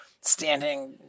standing